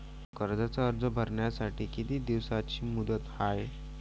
कर्जाचा अर्ज भरासाठी किती दिसाची मुदत हाय?